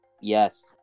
Yes